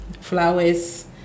flowers